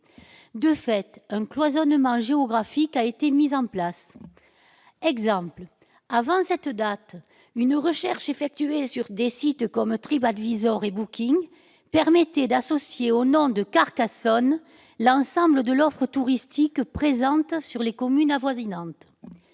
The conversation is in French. De fait, un cloisonnement géographique a été mis en place. Par exemple, avant cette date, une recherche effectuée sur des sites comme TripAdvisor et Booking permettait d'associer au nom « Carcassonne » l'ensemble de l'offre touristique présente sur les communes avoisinantes.